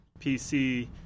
PC